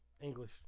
English